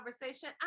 conversation